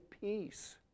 peace